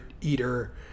eater